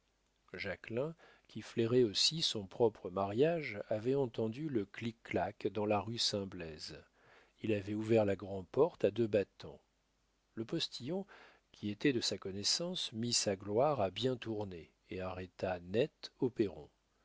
jacquelin qui flairait aussi son propre mariage avait entendu le clic clac dans la rue saint blaise il avait ouvert la grand'porte à deux battants le postillon qui était de sa connaissance mit sa gloire à bien tourner et arrêta net au perron